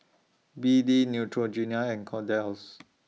B D Neutrogena and Kordel's House